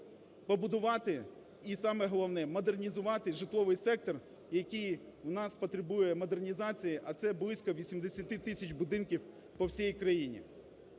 побудувати, і, саме головне, модернізувати житловий сектор, який у нас потребує модернізації, а це близько 80 тисяч будинків по всій країні.